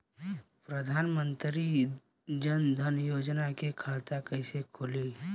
प्रधान मंत्री जनधन योजना के खाता कैसे खुली?